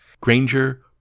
Granger